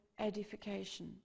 edification